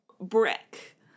Brick